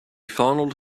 fondled